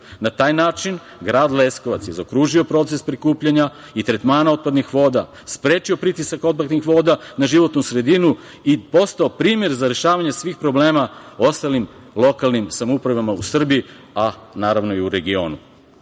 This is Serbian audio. Na taj način Grad Leskovac je zaokružio proces prikupljanja i tretmana otpadnih voda, sprečio pritisak otpadnih voda na životnu sredinu i postao primer za rešavanje svih problema ostalim lokalnim samoupravama u Srbiji, a naravno i u regionu. Kao